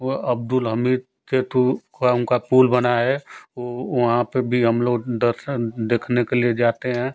वा अब्दुल हमीद हेतु का वहाँ उनका पूल बना है वहाँ पर भी हम लोग दर्शन देखने के लिए जाते हैं